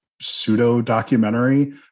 pseudo-documentary